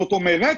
זאת אומרת,